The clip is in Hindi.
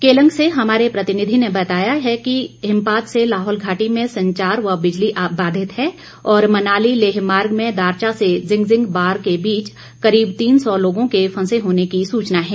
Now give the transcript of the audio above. केलंग से हमारे प्रतिनिधि ने बताया कि हिमपात से लाहौल घाटी में संचार व बिजली बाधित है और मनाली लेह मार्ग में दारचा से जिंगजिंग बार के बीच करीब तीन सौ लोगों के फंसे होने की सूचना है